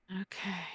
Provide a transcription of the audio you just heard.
Okay